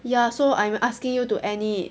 ya so I'm asking you to end it